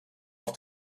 auf